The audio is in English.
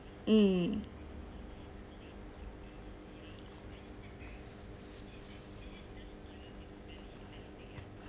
mm